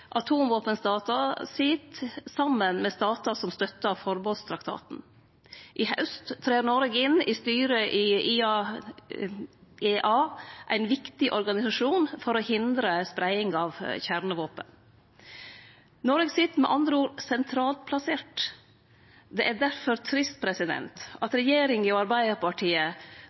atomvåpenstatar sit saman med statar som støttar forbodstraktaten. I haust trer Noreg inn i styret i IAEA, ein viktig organisasjon for å hindre spreiing av kjernevåpen. Noreg sit med andre ord sentralt plassert. Det er difor trist at regjeringa og Arbeidarpartiet